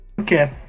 Okay